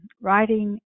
writing